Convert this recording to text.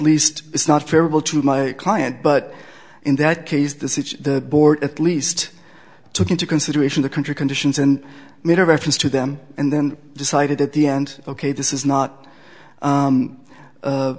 least it's not terrible to my client but in that case this is the board at least took into consideration the country conditions and made a reference to them and then decided at the end ok this is not